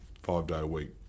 five-day-a-week